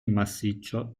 massiccio